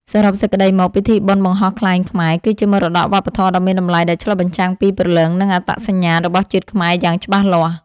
សរុបសេចក្ដីមក ពិធីបុណ្យបង្ហោះខ្លែងខ្មែរ គឺជាមរតកវប្បធម៌ដ៏មានតម្លៃដែលឆ្លុះបញ្ចាំងពី ព្រលឹង និងអត្តសញ្ញាណ របស់ជាតិខ្មែរយ៉ាងច្បាស់លាស់។